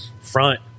front